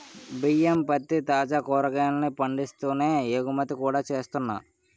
బియ్యం, పత్తి, తాజా కాయగూరల్ని పండిస్తూనే ఎగుమతి కూడా చేస్తున్నా